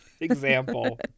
example